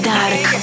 Dark